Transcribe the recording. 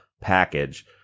package